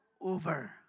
over